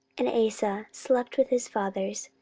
and asa slept with his fathers,